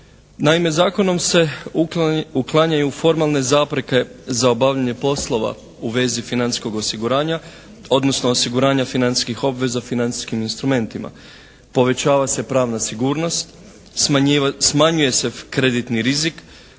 Naime, zakonom se uklanjaju formalne zapreke za obavljanje poslova u vezi financijskog osiguranja odnosno osiguranja financijskih obveza financijskim instrumentima. Povećava se pravna sigurnost, smanjuje se kreditni rizik,